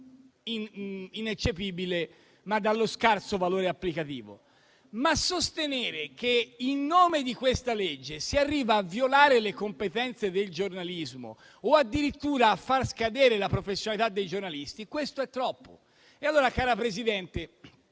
ineccepibile, anche se dallo scarso valore applicativo - ma sostenere che in nome di questa legge si arriva a violare le competenze del giornalismo o, addirittura, a far scadere la professionalità dei giornalisti è troppo. Allora, cara Presidente,